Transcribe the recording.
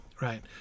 Right